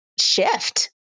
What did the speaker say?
shift